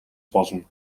болно